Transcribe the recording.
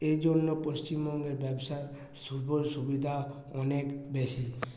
এ জন্য পশ্চিমবঙ্গে ব্যবসার সুযোগ সুবিধা অনেক বেশি